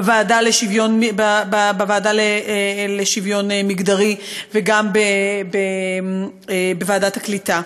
בוועדה לשוויון מגדרי וגם בוועדת הקליטה.